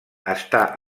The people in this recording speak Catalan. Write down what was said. està